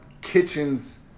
kitchens